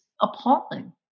appalling